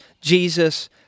Jesus